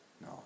No